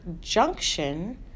junction